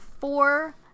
four